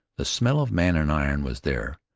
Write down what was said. the smell of man and iron was there,